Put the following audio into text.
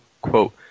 quote